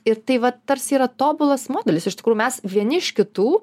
ir tai vat tarsi yra tobulas modelis iš tikrųjų mes vieni iš kitų